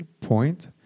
point